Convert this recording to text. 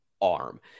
arm